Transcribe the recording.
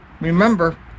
remember